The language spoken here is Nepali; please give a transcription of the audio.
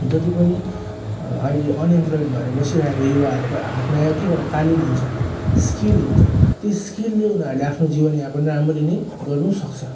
जति पनि अहिले अनइम्प्लोइड भएर बसिरहेको युवाहरूको हातमा एक एकवटा तालिम हुन्छ स्किल हुन्छ त्यो स्किलले उनीहरूले आफ्नो जीवन यापन राम्ररी नै गर्नु सक्छ